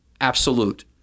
absolute